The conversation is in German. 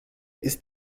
ist